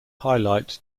highlights